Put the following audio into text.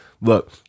Look